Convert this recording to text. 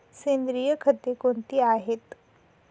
सेंद्रिय खते कोणती आहेत?